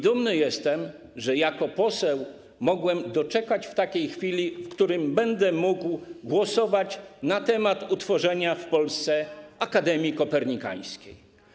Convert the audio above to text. Dumny jestem, że jako poseł mogłem doczekać takiej chwili, w której będę mógł głosować w sprawie utworzenia w Polsce Akademii Kopernikańskiej.